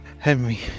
Henry